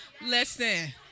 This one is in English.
Listen